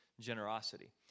generosity